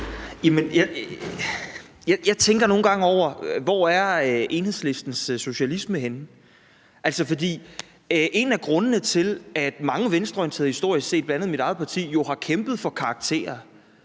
Jeg tænker nogle gange over, hvor Enhedslistens socialisme er henne. For en af grundene til, at mange venstreorienterede historisk set, bl.a. mit eget parti, har kæmpet for karakterer,